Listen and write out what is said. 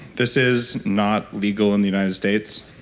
this is not legal in the united states.